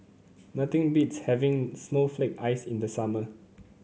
nothing beats having Snowflake Ice in the summer